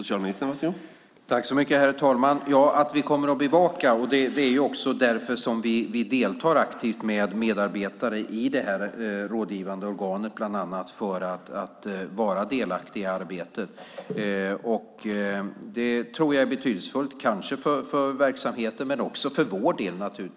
Herr talman! Ja, vi kommer att bevaka det. Vi deltar aktivt med medarbetare i det rådgivande organet bland annat. Det tror jag är betydelsefullt, kanske för verksamheten men också för vår del.